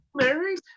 Married